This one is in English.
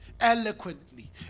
eloquently